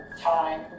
time